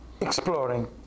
exploring